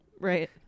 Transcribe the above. Right